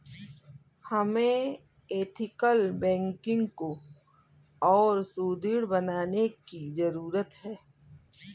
हमें ethical banking को और सुदृढ़ बनाने की जरूरत है